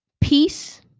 peace